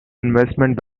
investment